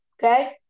Okay